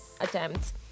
attempts